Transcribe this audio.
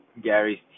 Gary's